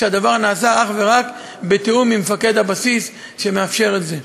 כשהדבר נעשה אך ורק בתיאום עם מפקד הבסיס שמאפשר את זה.